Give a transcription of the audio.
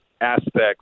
aspects